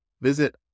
Visit